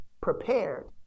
prepared